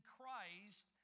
Christ